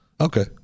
Okay